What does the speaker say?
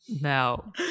Now